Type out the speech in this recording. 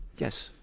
yes.